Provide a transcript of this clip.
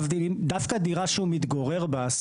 דווקא דירה שהוא מתגורר בה,